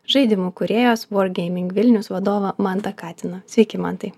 žaidimų kūrėjos war gaming vilnius vadovą mantą katiną sveiki mantai